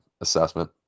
assessment